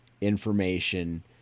information